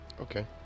Okay